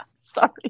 Sorry